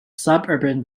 suburban